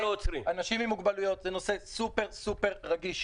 אנשים עם מוגבלויות, זה נושא סופר רגיש.